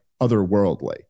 otherworldly